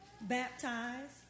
baptized